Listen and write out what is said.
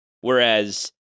Whereas